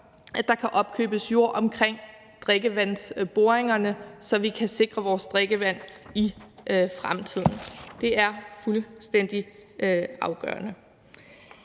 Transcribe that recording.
at der kan opkøbes jord omkring drikkevandsboringerne, så vi kan sikre vores drikkevand i fremtiden. Det er fuldstændig afgørende.